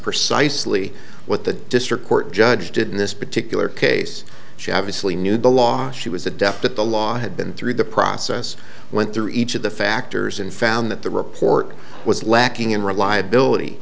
precisely what the district court judge did in this particular case she obviously knew the law she was adept at the law had been through the process went through each of the factors and found that the report was lacking in reliability